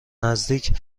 نزدیک